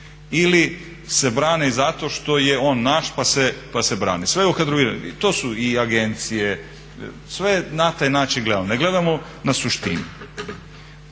ili se brani zato što je on naš pa se brani … to su i agencije, sve je na taj način gledano. Ne gledamo na suštinu.